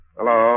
Hello